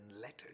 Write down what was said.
letters